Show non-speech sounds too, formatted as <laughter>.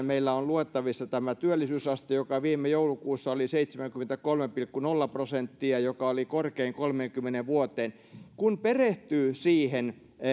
<unintelligible> meillä on kuukausittain luettavissa tämä työllisyysaste joka viime joulukuussa oli seitsemänkymmentäkolme pilkku nolla prosenttia ja joka oli korkein kolmeenkymmeneen vuoteen kun perehtyy siihen